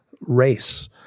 race